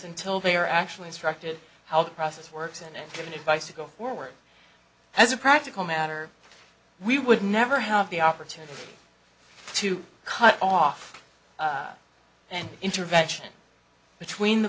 until they are actually instructed how the process works and given advice to go forward as a practical matter we would never have the opportunity to cut off an intervention between the